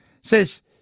says